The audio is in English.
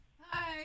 Hi